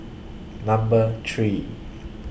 Number three